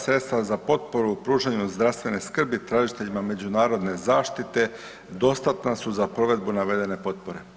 Sredstva za potporu pružanja zdravstvene skrbi tražiteljima međunarodne zaštite dostatna su za provedbu navedene potpore.